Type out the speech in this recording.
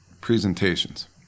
presentations